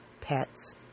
pets